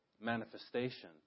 manifestation